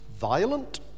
violent